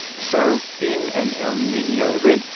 so in an el nino event,